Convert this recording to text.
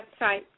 website